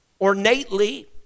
ornately